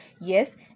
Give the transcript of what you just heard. Yes